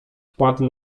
padł